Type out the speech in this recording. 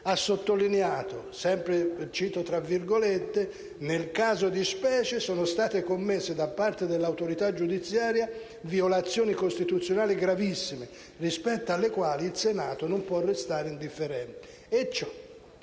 ha sottolineato che «nel caso di specie sono state commesse da parte dell'autorità giudiziaria violazioni costituzionali gravissime, rispetto alle quali il Senato non può restare indifferente»,